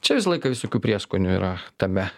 čia visą laiką visokių prieskonių yra tame